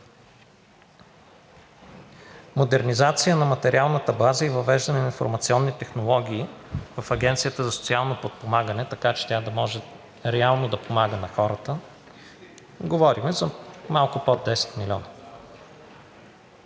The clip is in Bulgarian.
модернизация на материалната база и въвеждане на информационни технологии в Агенцията за социално подпомагане, така че тя да може реално да помага на хората – говорим за малко под 10 милиона,